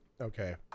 Okay